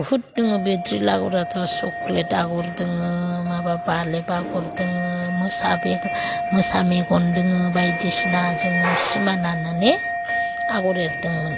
बहुथ दङ बे ड्रिल आग'राथ' सक्लेट आग'र दङ माबा बालेब आग'र दङ मोसा बेगर मोसा मेगन दङ बायदिसिना जोङो सिमा लानानै आग'र एरदोंमोन